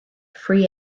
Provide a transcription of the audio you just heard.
three